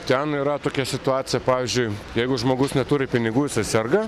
ten yra tokia situacija pavyzdžiui jeigu žmogus neturi pinigų jisai serga